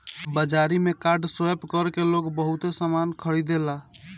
बाजारी में card swipe कर के लोग बहुते सामना खरीदेला